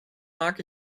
mag